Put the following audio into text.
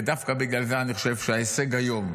ודווקא בגלל זה אני חושב שההישג היום,